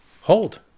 hold